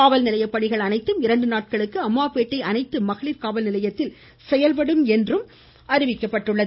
காவல்நிலைய பணிகள் அனைத்தும் இரண்டு நாட்களுக்கு அம்மாபேட்டை அனைத்து மகளிர் காவல்நிலையத்தில் செயல்படும் என்று அறிவிக்கப்பட்டுள்ளது